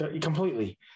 Completely